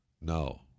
No